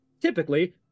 typically